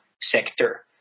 sector